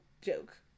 joke